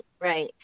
Right